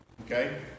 Okay